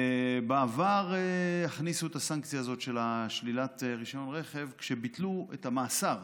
בעבר הכניסו את הסנקציה הזו של שלילת רישיון רכב כשביטלו את המאסר.